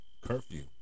Curfew